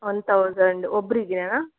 one thousand ಒಬ್ಬರಿಗೆಯಾ